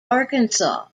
arkansas